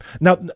now